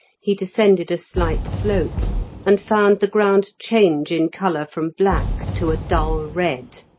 he descended a slight slope and found the ground change in colour from black to a dull red.